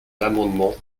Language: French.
l’amendement